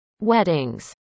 weddings